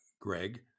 Greg